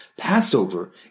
Passover